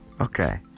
Okay